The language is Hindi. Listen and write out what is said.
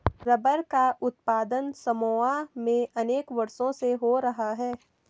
रबर का उत्पादन समोआ में अनेक वर्षों से हो रहा है